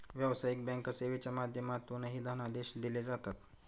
व्यावसायिक बँक सेवेच्या माध्यमातूनही धनादेश दिले जातात